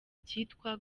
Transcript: ikitwa